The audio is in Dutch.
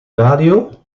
radio